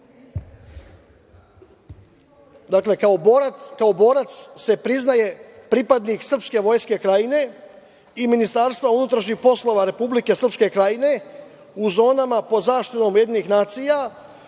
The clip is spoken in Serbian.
dakle, kao borac se priznaje pripadnik srpske vojske Krajine i Ministarstva unutrašnjih poslova Republike Srpske Krajine u zonama pod zaštitom Ujedinjenih nacija